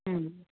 हम्म